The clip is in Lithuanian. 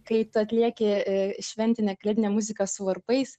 kai tu atlieki šventinę kalėdinę muziką su varpais